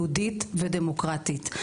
יהודית ודמוקרטית.